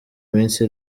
minsi